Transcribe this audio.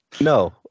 no